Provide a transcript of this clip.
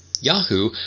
Yahoo